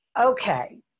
Okay